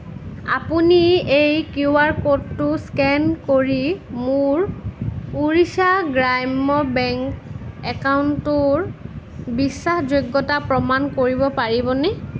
আপুনি এই Q R ক'ডটো স্কেন কৰি মোৰ ওড়িশা গ্ৰাম্য বেংক একাউণ্টটোৰ বিশ্বাসযোগ্যতা প্ৰমাণ কৰিব পাৰিবনে